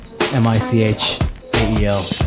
M-I-C-H-A-E-L